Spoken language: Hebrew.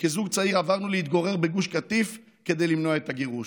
שכזוג צעיר עברנו להתגורר בגוש קטיף כדי למנוע את הגירוש.